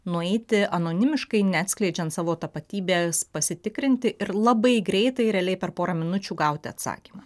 nueiti anonimiškai neatskleidžiant savo tapatybės pasitikrinti ir labai greitai realiai per porą minučių gauti atsakymą